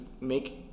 make